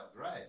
right